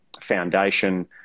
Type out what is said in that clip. foundation